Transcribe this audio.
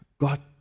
God